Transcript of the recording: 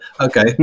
okay